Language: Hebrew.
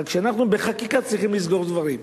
רק שאנחנו בחקיקה צריכים לסגור דברים.